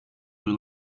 your